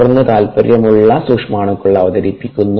തുടർന്ന് താൽപ്പര്യമുള്ള സൂക്ഷ്മാണുക്കൾ അവതരിപ്പിക്കുന്നു